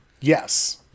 Yes